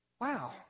Wow